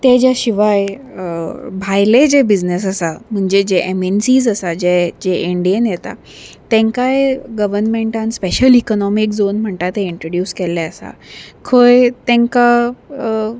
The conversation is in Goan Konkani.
ते ज्या शिवाय भायले जे बिजनस आसा म्हणजे जे ऍम ऍन सीज आसा जे जे इंडियेन येता तेंकाय गवर्नमेंटान स्पेशल इकनॉमीक झोन म्हणटा ते इंट्रोड्यूस केल्ले आसा खंय तेंकां